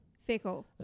Fickle